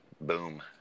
Boom